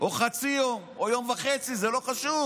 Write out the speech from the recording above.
או חצי יום או יום וחצי, זה לא חשוב,